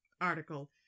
article